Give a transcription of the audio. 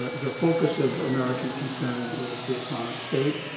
ah the focus of american concern is the islamic state,